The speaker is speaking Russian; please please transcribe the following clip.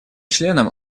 членам